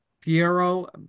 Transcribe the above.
Piero